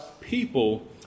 people